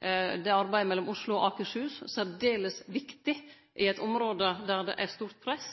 samordna arbeidet mellom Oslo og Akershus. Det var særdeles viktig i eit område der det er stort press.